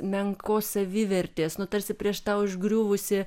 menkos savivertės nu tarsi prieš tą užgriuvusį